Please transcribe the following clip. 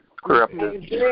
Corrupted